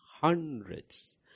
hundreds